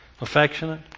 Affectionate